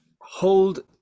hold